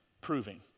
proving